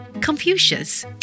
Confucius